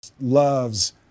loves